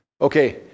Okay